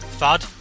fad